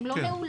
הן לא נעולות,